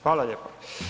Hvala lijepo.